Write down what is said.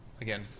again